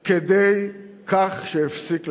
כדי כך שהפסיק לתפקד.